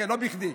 לא בכדי.